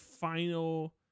final